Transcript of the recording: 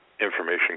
information